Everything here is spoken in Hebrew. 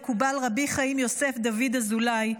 המקובל רבי חיים יוסף דוד אזולאי,